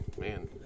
Man